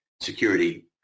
security